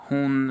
Hon